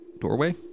doorway